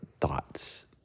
thoughts